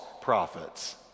prophets